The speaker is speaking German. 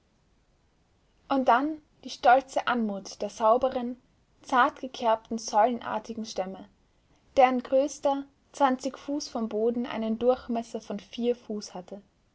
und dann die stolze anmut der sauberen zart gekerbten säulenartigen stämme deren größter zwanzig fuß vom boden einen durchmesser von vier fuß hatte